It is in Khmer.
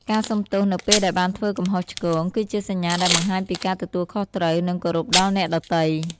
ការសុំទោសនៅពេលដែលបានធ្វើកំហុសឆ្គង គឺជាសញ្ញាដែលបង្ហាញពីការទទួលខុសត្រូវ និងការគោរពដល់អ្នកដទៃ។